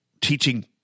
teaching –